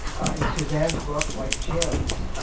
and suzanne's book, like jim's,